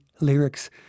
lyrics